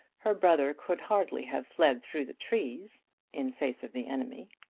her brother could hardly have fled through the trees in face of the enemy.